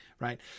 Right